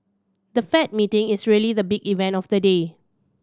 the Fed meeting is really the big event of the day